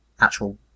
actual